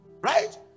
right